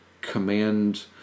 command